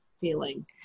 feeling